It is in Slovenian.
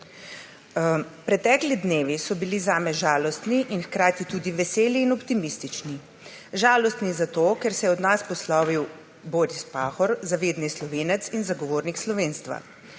Pretekli dnevi so bili zame žalostni in hkrati tudi veseli in optimistični. Žalostni zato, ker se je od nas poslovil Boris Pahor, zavedni Slovenec in zagovornik slovenstva.